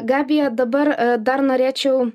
gabija dabar dar norėčiau